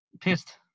Pissed